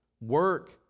work